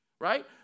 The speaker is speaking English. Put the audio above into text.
right